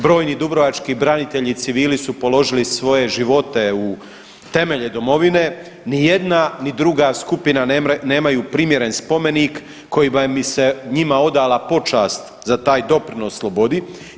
Brojni dubrovački branitelji i civili su položili svoje života u temelje domovine, nijedna ni druga skupina nemaju primjeren spomenik kojima bi se njima odala počast za taj doprinos slobodi.